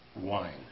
wine